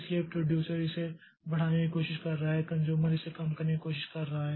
इसलिए प्रोड्यूसर इसे बढ़ाने की कोशिश कर रहा है कन्ज़्यूमर इसे कम करने की कोशिश कर रहा है